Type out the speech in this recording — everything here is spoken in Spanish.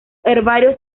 herbario